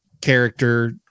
character